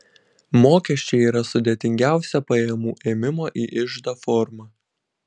mokesčiai yra sudėtingiausia pajamų ėmimo į iždą forma